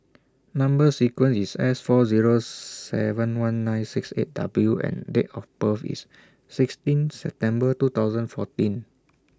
Number sequence IS S four Zero seven one nine six eight W and Date of birth IS sixteen September two thousand fourteen